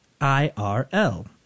IRL